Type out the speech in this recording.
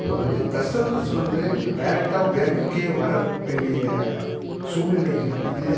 இப்போது வந்து கஸ்டமர்ஸ் வந்து டேரக்டாக பேங்க்குக்கே வர வேண்டிய சூழ்நிலை இல் இல்லை